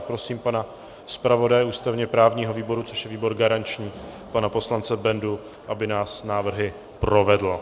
Prosím pana zpravodaje ústavněprávního výboru, což je výbor garanční, pana poslance Bendu, aby nás návrhy provedl.